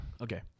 Okay